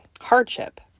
hardship